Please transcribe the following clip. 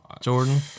Jordan